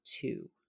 two